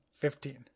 fifteen